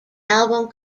album